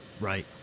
Right